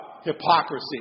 hypocrisy